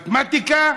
מתמטיקה,